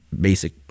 basic